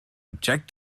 object